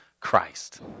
Christ